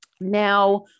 Now